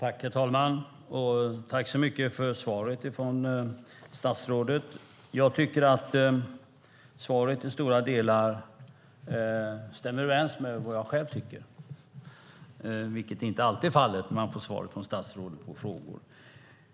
Herr talman! Tack så mycket för svaret från statsrådet. Svaret stämmer till stora delar överens med vad jag själv tycker, vilket inte alltid är fallet när man får svar från statsråd på frågor.